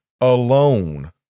alone